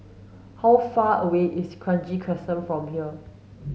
how far away is Kranji Crescent from here